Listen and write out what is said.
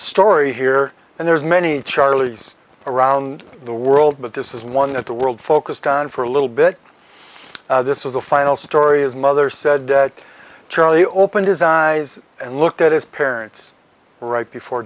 story here and there's many charlies around the world but this is one that the world focused on for a little bit this was the final story as mother said charlie opened his eyes and looked at his parents right before